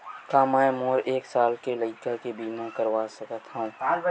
का मै मोर एक साल के लइका के बीमा करवा सकत हव?